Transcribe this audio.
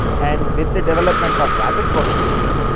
and with the development of rapid prototyping,